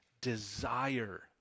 desire